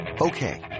Okay